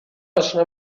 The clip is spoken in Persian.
اشنا